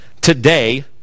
Today